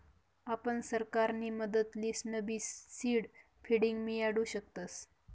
आपण सरकारनी मदत लिसनबी सीड फंडींग मियाडू शकतस